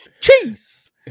cheese